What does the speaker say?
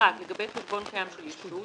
לגבי חשבון קיים של ישות,